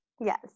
Yes